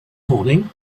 morning